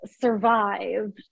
survived